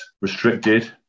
restricted